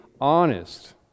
honest